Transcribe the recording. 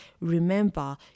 remember